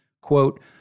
Quote